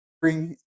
bring